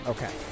Okay